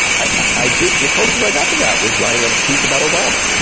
i did, the closest i got to that was writing a piece about obama.